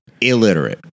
illiterate